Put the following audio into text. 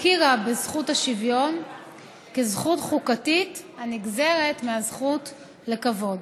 הכירה בזכות השוויון כזכות חוקתית הנגזרת מהזכות לכבוד.